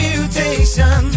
Mutation